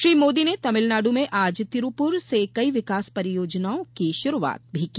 श्री मोदी ने तमिलनाड़ में आज तिरुपूर से कई विकास परियोजना की शुरुआत भी की